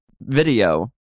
video